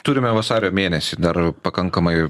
turime vasario mėnesį dar pakankamai